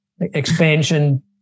expansion